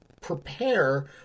prepare